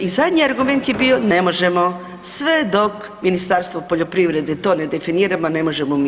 I zadnji argument je bio ne možemo, sve dok Ministarstvo poljoprivrede to ne definira ma ne možemo mi.